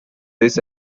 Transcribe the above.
this